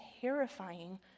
terrifying